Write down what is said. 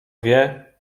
wie